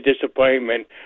disappointment